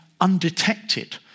undetected